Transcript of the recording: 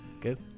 good